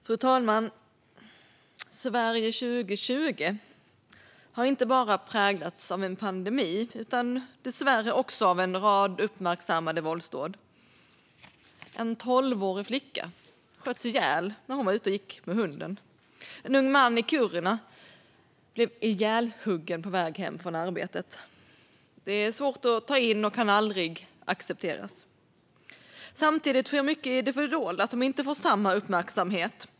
Fru talman! Sverige 2020 har inte bara präglats av en pandemi utan dessvärre också av en rad uppmärksammade våldsdåd. En tolvårig flicka sköts ihjäl när hon var ute och gick med hunden. En ung man i Kiruna blev ihjälhuggen på väg hem från arbetet. Det är svårt att ta in och kan aldrig accepteras. Samtidigt sker mycket i det fördolda som inte får samma uppmärksamhet.